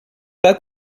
pas